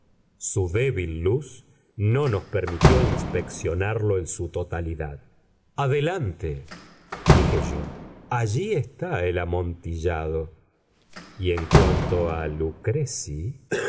su débil luz no nos permitió inspeccionarlo en su totalidad adelante dije yo allí está el amontillado y en cuanto a luchresi